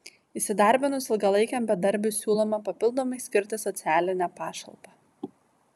įsidarbinus ilgalaikiam bedarbiui siūloma papildomai skirti socialinę pašalpą